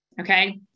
okay